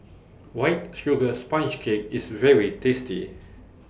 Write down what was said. White Sugar Sponge Cake IS very tasty